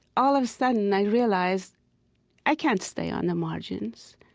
all of a sudden, i realized i can't stay on the margins.